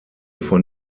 von